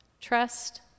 Trust